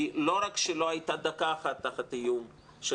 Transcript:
לא רק שלא הייתה דקה אחת תחת איום של